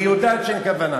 והיא יודעת שאין כוונה.